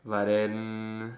but then